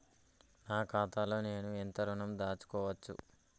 నా ఖాతాలో నేను ఎంత ఋణం దాచుకోవచ్చు?